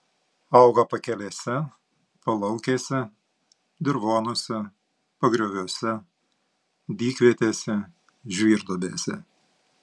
auga pakelėse palaukėse dirvonuose pagrioviuose dykvietėse žvyrduobėse